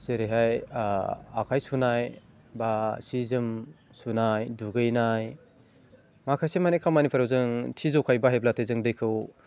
जेरैहाय आखाइ सुनाय बा जि जोम सुनाय दुगैनाय माखासेमानि खामानिफोर जों थि ज'खायै बाहायोब्लाथाय जों दैखौ